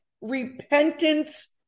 repentance